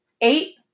Eight